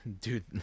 dude